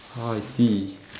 ah I see